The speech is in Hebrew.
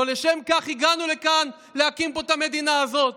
לא לשם כך הגענו לכאן להקים את המדינה הזאת.